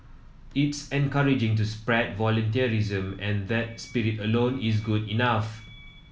it's encouraging to spread voluntarism and that spirit alone is good enough